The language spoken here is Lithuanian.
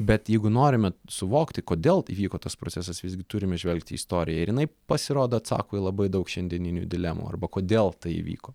bet jeigu norime suvokti kodėl įvyko tas procesas visgi turime žvelgti į istoriją ir jinai pasirodo atsako į labai daug šiandieninių dilemų arba kodėl tai įvyko